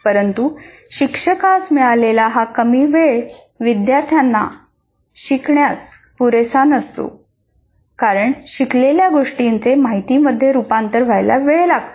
परंतु शिक्षकास मिळालेला हा कमी वेळ विद्यार्थ्यांना शिकण्यास पुरेसा नसतो कारण शिकलेल्या गोष्टींचे माहितीमध्ये रूपांतर व्हायला वेळ लागतो